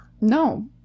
No